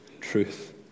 truth